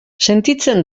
sentitzen